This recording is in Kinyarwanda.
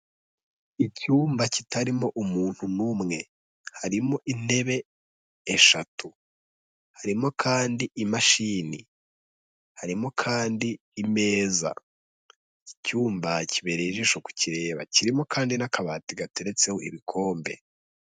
Icyumba kitarimo umuntu n'umwe, harimo intebe eshatu, harimo kandi imashini, harimo kandi imeza, iki cyumba kibereye ijisho ku kireba, kirimo kandi n'akabati gateretseho ibikombe.